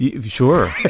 sure